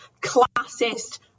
classist